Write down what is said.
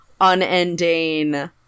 unending